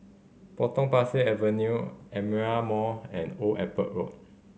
Potong Pasir Avenue Aperia Mall and Old Airport Road